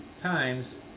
times